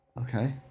Okay